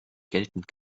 geltend